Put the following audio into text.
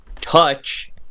touch